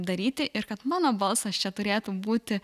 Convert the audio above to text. daryti ir kad mano balsas čia turėtų būti